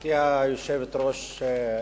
גברתי היושבת-ראש,